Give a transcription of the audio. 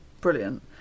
brilliant